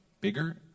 bigger